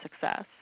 success